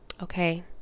Okay